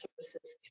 Services